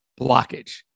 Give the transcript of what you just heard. blockage